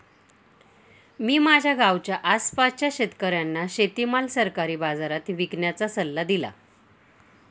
मी माझ्या गावाच्या आसपासच्या शेतकऱ्यांना शेतीमाल सरकारी बाजारात विकण्याचा सल्ला दिला